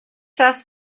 thus